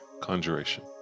Conjuration